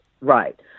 right